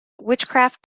witchcraft